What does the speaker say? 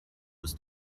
ist